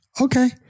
Okay